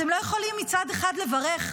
אתם לא יכולים מצד אחד לברך,